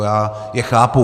Já je chápu.